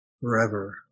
forever